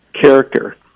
character